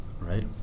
right